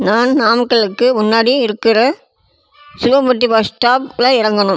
நான் நாமக்கலுக்கு முன்னாடி இருக்கிற சிலுவம்பட்டி பஸ் ஸ்டாப்பில் இறங்கணும்